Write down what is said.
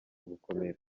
gukomera